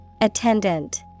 Attendant